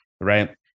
Right